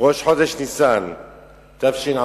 ראש חודש ניסן התש"ע.